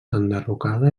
enderrocada